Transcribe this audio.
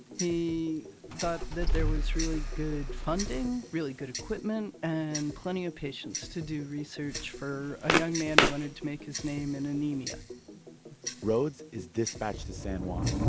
he thought that there was really good funding, really good equipment and plenty of patients to do research for a young man who wanted to make his name in anemia rhoads is dispatched to san juan,